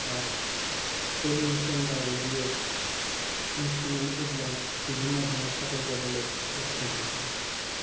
বা টেলিভিশ্যন বা radio news channel এইবিলাকত বিভিন্ন ধৰণৰ চাকৰি পাবলৈ সক্ষম হৈছে